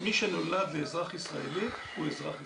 מי שנולד לאזרח ישראלי, הוא אזרח ישראלי.